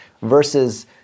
versus